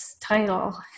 title